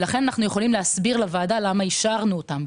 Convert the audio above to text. לכן, אנחנו יכולים להסביר לוועדה למה אישרנו אותן.